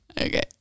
Okay